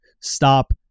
Stop